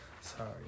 Sorry